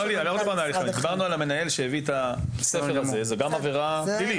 שהביא את הספר הזה וזו גם עבירה פלילית.